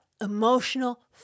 emotional